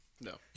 No